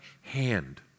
hand